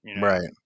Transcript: Right